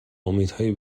امیدهای